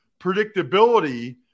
predictability